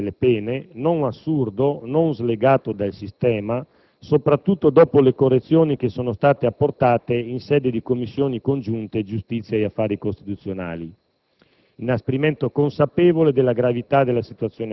C'è un ragionato inasprimento delle pene, non assurdo, non slegato dal sistema, soprattutto dopo le correzioni che sono state apportate in sede di Commissioni riunite giustizia e affari costituzionali,